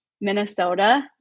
Minnesota